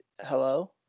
Hello